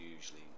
usually